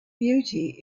beauty